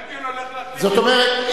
זאת אומרת,